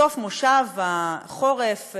בסוף מושב החורף,